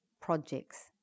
projects